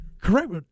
Correct